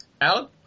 Alan